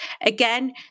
Again